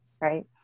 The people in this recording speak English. right